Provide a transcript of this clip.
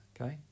Okay